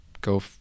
go